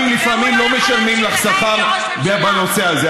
אז אני מציע לנהוג קצת במתינות, כן?